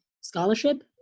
scholarship